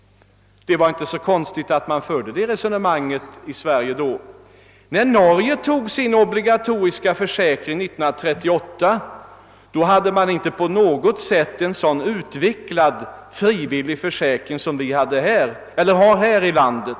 Det var inte så underligt att man då förde detta resonemang i Sverige. När norrmännen införde sin obligatoriska försäkring år 1938 hade de en frivillig försäkring som inte på något sätt var så väl utvecklad som den vi haft i vårt land.